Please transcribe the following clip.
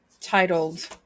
titled